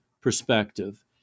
perspective